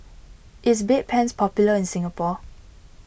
is Bedpans popular in Singapore